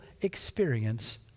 experience